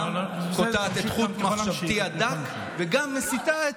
קוטעת את חוט מחשבתי הדק וגם מסיטה,